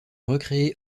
recréé